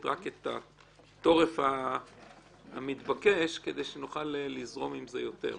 רק את התורף המתבקש כדי שנוכל לזרום עם זה יותר.